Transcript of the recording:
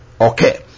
Okay